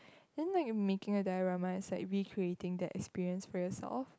then like making the dilemma is like recreating that experience for yourself